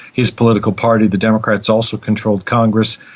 his political party, the democrats, also controlled congress,